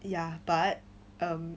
ya but um